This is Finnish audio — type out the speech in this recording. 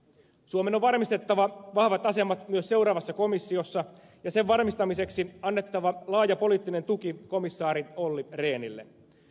suomen on varmistettava vahvat asemat myös seuraavassa komissiossa ja sen varmistamiseksi annettava laaja poliittinen tuki komissaari olli rehnille